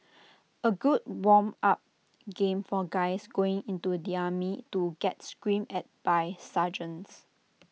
A good warm up game for guys going into the army to get screamed at by sergeants